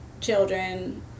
children